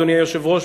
אדוני היושב-ראש,